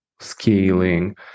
scaling